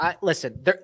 Listen